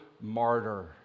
martyr